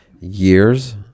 Years